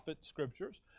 scriptures